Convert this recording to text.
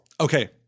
Okay